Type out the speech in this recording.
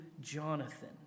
Jonathan